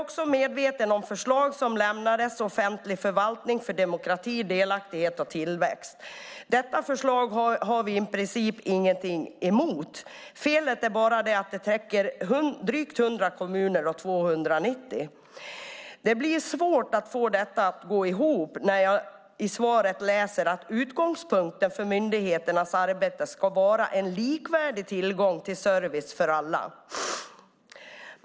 Jag är medveten om förslaget Offentlig förvaltning för demokrati, delaktighet och tillväxt som har lämnats. Detta förslag har vi i princip ingenting emot. Felet är bara att det täcker drygt 100 kommuner av 290. Det blir svårt att få detta att gå ihop när jag i svaret läser att utgångspunkten för myndigheternas arbete ska vara en likvärdig tillgång till service för alla.